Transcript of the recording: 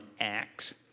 Acts